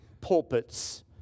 pulpits